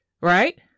right